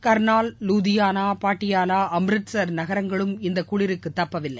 கர்னால் லூதியானா பாட்டியாவா அம்ரிட்ஷர் நகரங்களும் இந்த குளிருக்கு அம்பாலா தப்பவில்லை